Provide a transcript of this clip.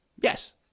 Yes